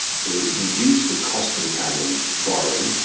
to reduce the cost of italian borrowing.